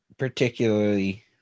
particularly